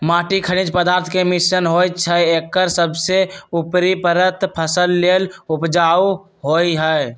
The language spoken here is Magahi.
माटी खनिज पदार्थ के मिश्रण होइ छइ एकर सबसे उपरी परत फसल लेल उपजाऊ होहइ